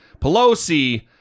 Pelosi